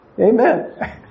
Amen